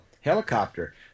helicopter